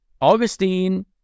Augustine